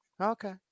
Okay